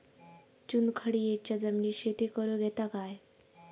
चुनखडीयेच्या जमिनीत शेती करुक येता काय?